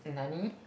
nani